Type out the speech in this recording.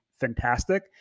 fantastic